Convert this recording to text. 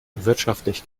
wirtschaftlich